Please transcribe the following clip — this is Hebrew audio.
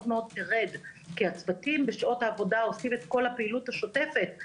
תרד כי הצוותים בשעות העבודה עושים את כל הפעילות השוטפת.